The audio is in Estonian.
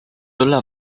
õlle